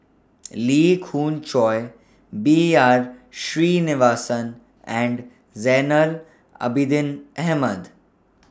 Lee Khoon Choy B R Sreenivasan and Zainal Abidin Ahmad